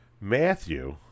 Matthew